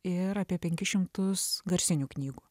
ir apie penkis šimtus garsinių knygų